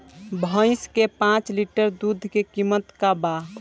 भईस के पांच लीटर दुध के कीमत का बा?